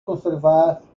conservadas